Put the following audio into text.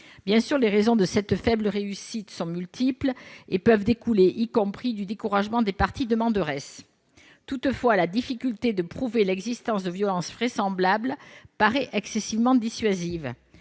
Bien sûr, les raisons de cette faible réussite sont multiples et peuvent découler aussi du découragement des parties demanderesses. Toutefois, la difficulté de prouver l'existence de violences vraisemblables paraît excessivement dissuasive.